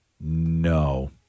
No